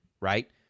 right